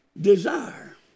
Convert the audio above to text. desire